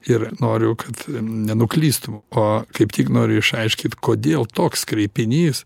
ir noriu kad nenuklystų o kaip tik noriu išaiškit kodėl toks kreipinys